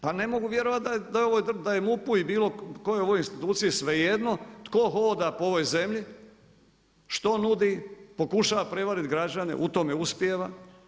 Pa ne mogu vjerovati da je MUP-u i bilo kojoj ovoj instituciji svejedno tko hoda po ovoj zemlji, što nudi, pokušava prevariti građane, u tome uspijeva.